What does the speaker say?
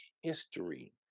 history